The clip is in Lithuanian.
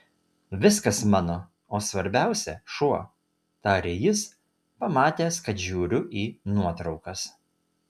viskas mano o svarbiausia šuo tarė jis pamatęs kad žiūriu į nuotraukas